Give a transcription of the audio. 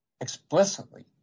explicitly